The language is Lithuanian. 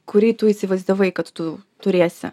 kurį tu įsivaizdavai kad tu turėsi